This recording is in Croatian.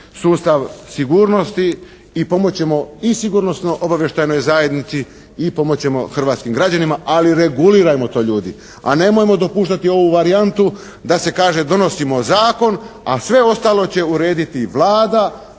sustav sigurnosti i pomoći ćemo i Sigurnosno-obavještajnoj zajednici. I pomoći ćemo hrvatskih građanima. Ali regulirajmo to ljudi! A nemojmo dopuštati ovu varijantu, da se kaže donosimo zakon, a sve ostalo će urediti Vlada,